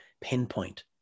pinpoint